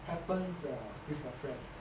happens with my friends